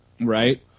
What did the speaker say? Right